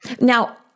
Now